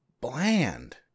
bland